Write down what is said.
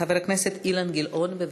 חבר הכנסת אילן גילאון, בבקשה.